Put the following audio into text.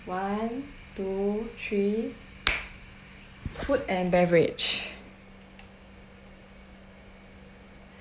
one two three food and beverage